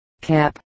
Cap